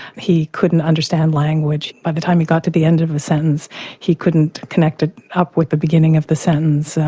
he couldn't understand language, by the time he got to the end of the sentence he couldn't connect it up with the beginning of the sentence,